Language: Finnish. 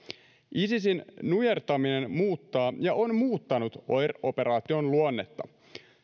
isisin nujertaminen muuttaa ja on muuttanut oir operaation luonnetta